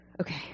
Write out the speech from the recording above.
Okay